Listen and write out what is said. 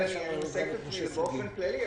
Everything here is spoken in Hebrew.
אני מסייג את עצמי באופן כללי,